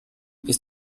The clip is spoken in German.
ist